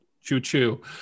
Choo-choo